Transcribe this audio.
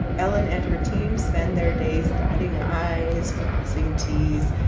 ellen and her team spend their days dotting i's, crossing t's,